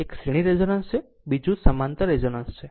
એક શ્રેણીના રેઝોનન્સ છે બીજું સમાંતર રેઝોનન્સ છે